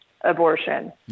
abortion